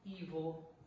evil